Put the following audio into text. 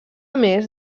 més